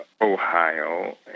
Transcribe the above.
Ohio